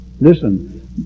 Listen